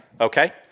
okay